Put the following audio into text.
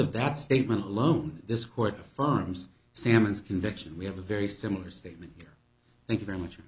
of that statement alone this court affirms salman's conviction we have a very similar statement here thank you very much